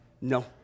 No